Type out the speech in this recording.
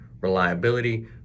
reliability